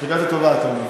אפליקציה טובה, אתה אומר.